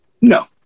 No